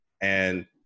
And-